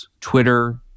Twitter